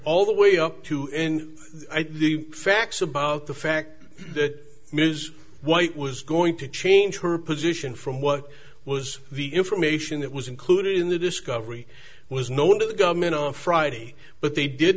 all the way up to in the facts about the fact that ms white was going to change her position from what was the information that was included in the discovery was no one to the government on friday but they did